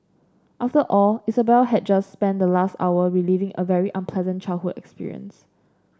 after all Isabel had just spent the last hour reliving a very unpleasant childhood experience